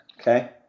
Okay